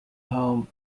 home